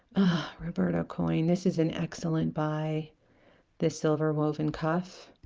roberto coin this is an excellent buy this silver woven cuff